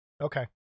okay